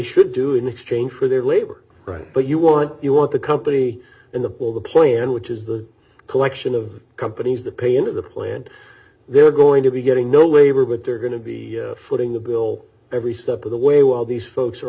should do in exchange for their labor right but you want you want the company and the pool the plan which is the collection of companies that pay into the plant they're going to be getting no labor but they're going to be footing the bill ready every step of the way while these folks are